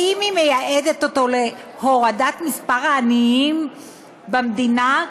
האם היא מייעדת אותו להורדת מספר העניים במדינה?